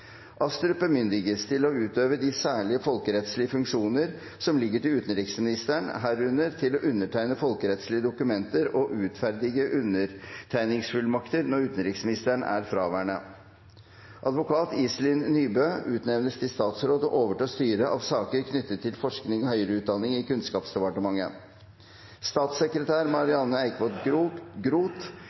Astrup bemyndiges til å utøve de særlige folkerettslige funksjoner som ligger til utenriksministeren, herunder til å undertegne folkerettslige dokumenter og utferdige undertegningsfullmakter, når utenriksministeren er fraværende. Advokat Iselin Nybø utnevnes til statsråd og overtar styret av saker knyttet til forskning og høyere utdanning i Kunnskapsdepartementet. Statssekretær Marianne